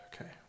okay